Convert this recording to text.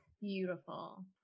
Beautiful